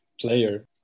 player